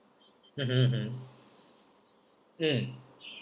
mmhmm mmhmm mm